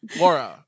Laura